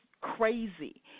crazy